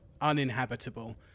uninhabitable